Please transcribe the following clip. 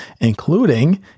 including